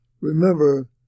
Remember